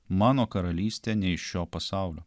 mano karalystė ne iš šio pasaulio